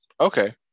Okay